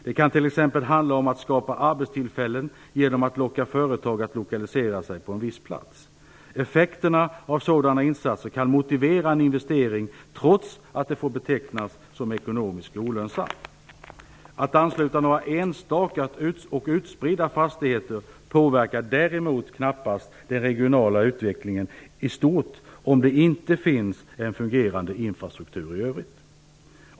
Det kan t.ex. handla om att skapa arbetstillfällen genom att locka företag att lokalisera sig på en viss plats. Effekterna av sådana insatser kan motivera en investering trots att denna får betecknas som ekonomiskt olönsam. Att ansluta några enstaka och utspridda fastigheter påverkar däremot knappast den regionala utvecklingen i stort om det inte finns en fungerande infrastruktur i övrigt.